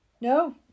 No